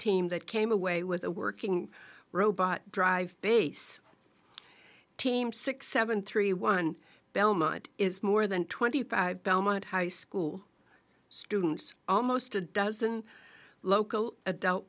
team that came away with a working robot drive base team six seven three one belmont is more than twenty five belmont high school students almost a dozen local adult